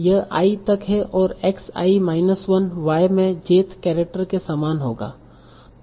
यह i तक है तो यह x i माइनस 1 y में jth करैक्टर के समान होगा